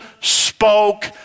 spoke